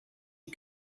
you